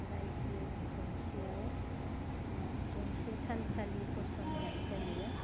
रायजो गंसेआव गंसे थानसालि फसंनाय जायो